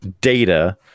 data